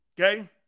Okay